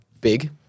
big